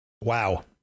wow